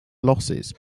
losses